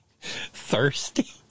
Thirsty